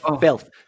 filth